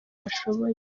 bashoboye